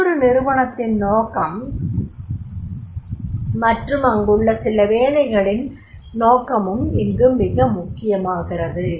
மற்றொரு நிறுவனத்தின் நோக்கம் மற்றும் அங்குள்ள சில வேலைகளின் நோக்கமும் இங்கு மிக முக்கியமாகிறது